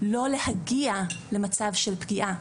לא להגיע למצב של פגיעה.